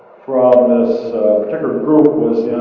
from this particular group was